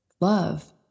love